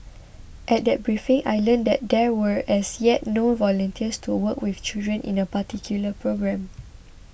at that briefing I learnt that there were as yet no volunteers to work with children in a particular programme